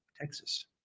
Texas